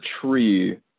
tree